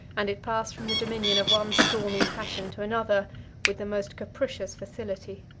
and it passed from the dominion of one stormy passion to another with the most capricious facility.